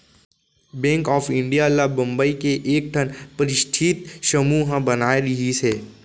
bank of India ल बंबई के एकठन परस्ठित समूह ह बनाए रिहिस हे